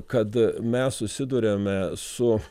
kad mes susiduriame su